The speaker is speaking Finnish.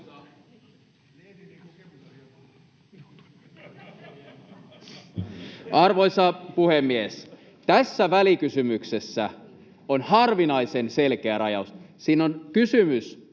Arvoisa puhemies! Tässä välikysymyksessä on harvinaisen selkeä rajaus. Siinä on kysymys